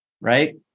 right